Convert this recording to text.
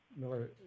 Miller